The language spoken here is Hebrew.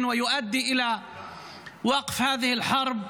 פיוס, שתקדם תהליך של הפסקת המלחמה,